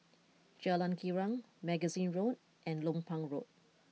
Jalan Girang Magazine Road and Lompang Road